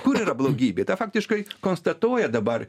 kuri yra blogybė tą faktiškai konstatuoja dabar